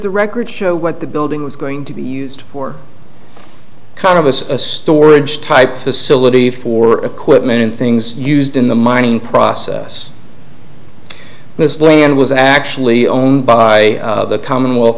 the record show what the building was going to be used for kind of as a storage type facility for equipment and things used in the mining process this land was actually owned by the commonwealth